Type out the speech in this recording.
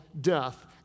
death